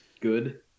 good